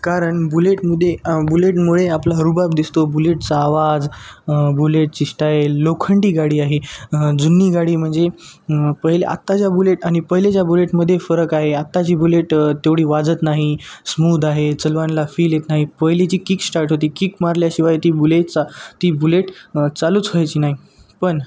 कारण बुलेटमुदे बुलेटमुळे आपला रूबाब दिसतो बुलेटचा आवाज बुलेटची स्टाईल लोखंडी गाडी आहे जुनी गाडी म्हणजे पहिले आत्ताच्या बुलेट आणि पहिलेच्या बुलेटमध्ये फरक आहे आत्ताची बुलेट तेवढी वाजत नाही स्मूद आहे चलवानला फील येत नाही पहिलेची किक स्टार्ट होती किक मारल्याशिवाय ती बुलेटचा ती बुलेट चालूच व्हायची नाही पण